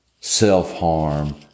self-harm